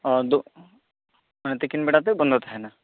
ᱚᱸᱻ ᱛᱤᱠᱤᱱ ᱵᱮᱲᱟᱛᱮᱫ ᱵᱚᱱᱫᱚ ᱛᱟᱦᱮᱱᱟ